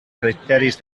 criteris